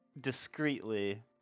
discreetly